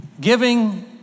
Giving